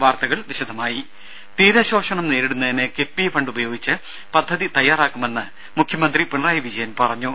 വാർത്തകൾ വിശദമായി തീരശോഷണം നേരിടുന്നതിന് കിഫ്ബി ഫണ്ട് ഉപയോഗിച്ച് പദ്ധതി തയാറാക്കുമെന്ന് മുഖ്യമന്ത്രി പിണറായി വിജയൻ പറഞ്ഞു